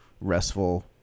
restful